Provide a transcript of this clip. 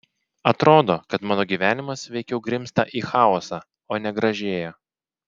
atrodo kad mano gyvenimas veikiau grimzta į chaosą o ne gražėja